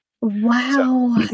Wow